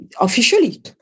officially